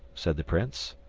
said the prince.